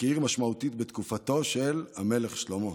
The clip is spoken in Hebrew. וכעיר משמעותית בתקופתו של המלך שלמה.